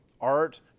art